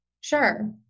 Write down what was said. Sure